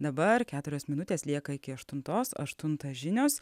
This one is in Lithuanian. dabar keturios minutės lieka iki aštuntos aštuntą žinios